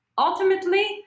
ultimately